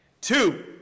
Two